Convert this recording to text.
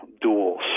duels